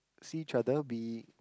see each other we